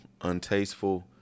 untasteful